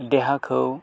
देहाखौ